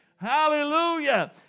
Hallelujah